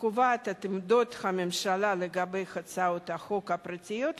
הקובעת את עמדות הממשלה לגבי הצעות החוק הפרטיות,